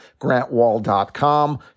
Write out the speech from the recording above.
grantwall.com